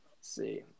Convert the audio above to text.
see